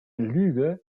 lüge